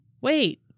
Wait